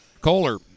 Kohler